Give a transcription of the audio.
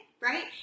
right